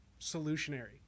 Solutionary